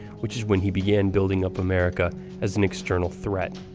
which is when he began building up america as an external threat.